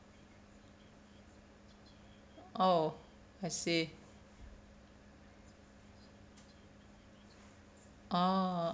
oh I see orh